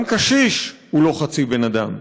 גם קשיש הוא לא חצי בן אדם,